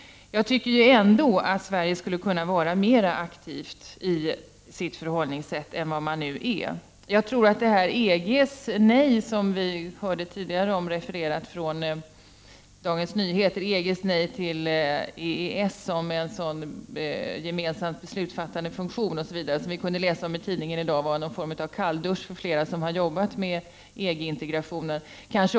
Jag anser ändå att Sverige skulle kunna vara mer aktivt i sitt förhållningssätt än vad som nu är fallet. Dagens Nyheters uppgift om EG:s nej till att ge EFTA en beslutsfattande funktion, som tidigare refererades här i debatten, var förmodligen en kalldusch för flera som har arbetat med frågor rörande EG-integrationen.